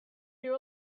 you